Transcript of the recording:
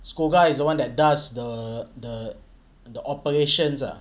SCOGA is the one that does the the the operations ah